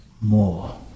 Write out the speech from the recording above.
more